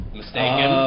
mistaken